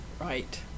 Right